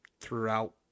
throughout